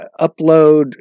upload